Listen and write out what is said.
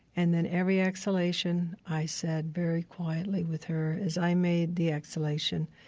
and then every exhalation, i said very quietly with her as i made the exhalation,